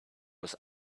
was